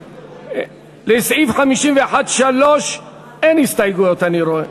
לסעיף 51(3) אין הסתייגויות אני רואה.